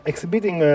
Exhibiting